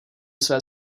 své